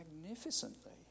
magnificently